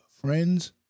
friends